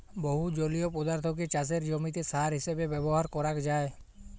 বহু জলীয় পদার্থকে চাসের জমিতে সার হিসেবে ব্যবহার করাক যায়